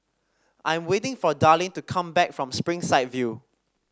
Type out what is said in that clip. I am waiting for Darlyne to come back from Springside View